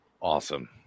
Awesome